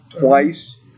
twice